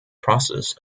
process